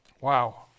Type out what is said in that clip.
Wow